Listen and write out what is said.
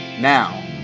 Now